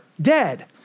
dead